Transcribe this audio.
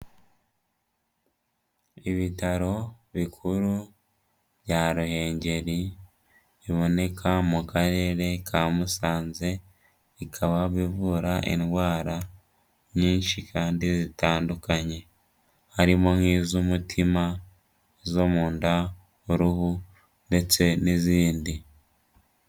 Ibitaro bikuru bya Ruhengeri, biboneka mu karere ka Musanze, bikaba bivura indwara nyinshi kandi zitandukanye, harimo nk'iz'umutima, izo mu nda, uruhu ndetse n'izindi.